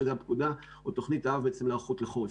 שזאת הפקודה או תוכנית האב להיערכות לחורף.